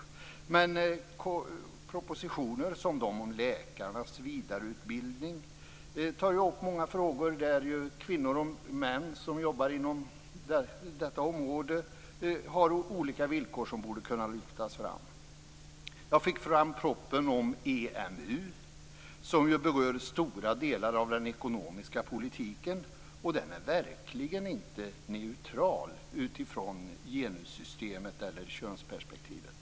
I en proposition om läkares vidareutbildning tas det upp många frågor där de olika villkoren för de kvinnor och män som jobbar inom området borde kunna lyftas fram. Vidare tog jag fram propositionen om EMU, som ju berör stora delar av den ekonomiska politiken, och den är verkligen inte neutral utifrån genussystemet, alltså i ett könsperspektiv.